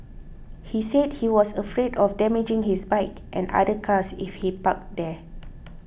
he said he was afraid of damaging his bike and other cars if he parked there